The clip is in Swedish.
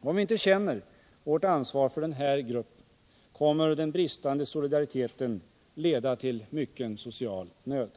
Om vi inte känner vårt ansvar för den här gruppen kommer den bristande solidariteten att leda till mycken social nöd.